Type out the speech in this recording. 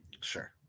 Sure